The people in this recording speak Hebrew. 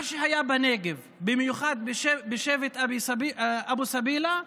מה שהיה בנגב, במיוחד בשבט אבו סבילה,